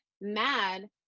mad